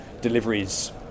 deliveries